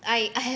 I I have